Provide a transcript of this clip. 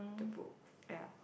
the book ya